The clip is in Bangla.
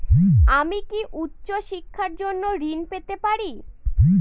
আমি কি উচ্চ শিক্ষার জন্য ঋণ পেতে পারি?